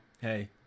hey